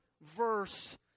verse